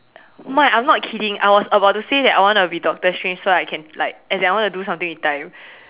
my I'm not kidding I was about to say that I want to be doctor strange so that I can like as in I want to do something with time